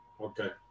Okay